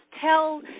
tell